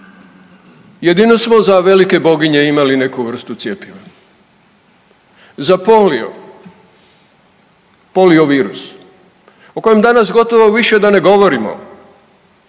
Jedino smo za velike boginje imali neku vrstu cjepiva. Za polio, polio virus o kojem danas gotovo više da ne govorimo